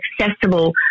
accessible